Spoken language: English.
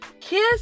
Kiss